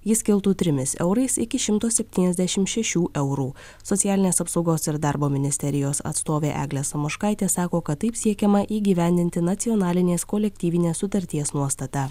jis kiltų trimis eurais iki šimto septyniasdešim šešių eurų socialinės apsaugos ir darbo ministerijos atstovė eglė samoškaitė sako kad taip siekiama įgyvendinti nacionalinės kolektyvinės sutarties nuostatą